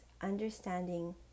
understanding